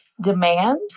demand